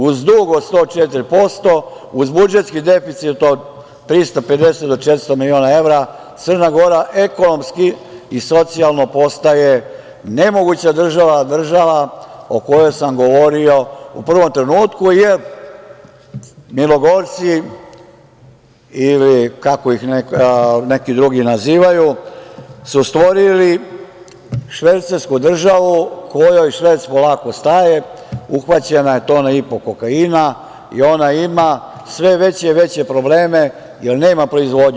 Uz dug od 104%, uz budžetski deficit od 350 do 400 miliona evra, Crna Gora ekonomski i socijalno postaje nemoguća država, država o kojoj sam govorio u prvom trenutku, jer "milogorci" ili kako ih neki drugi nazivaju su stvorili švercersku državu kojoj šverc polako staje, uhvaćena je tona i po kokaina i ona ima sve veće i veće probleme jer nema proizvodnju.